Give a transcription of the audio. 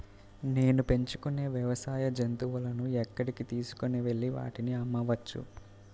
నేను పెంచుకొనే వ్యవసాయ జంతువులను ఎక్కడికి తీసుకొనివెళ్ళి వాటిని అమ్మవచ్చు?